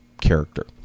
character